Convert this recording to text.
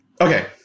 okay